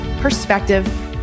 perspective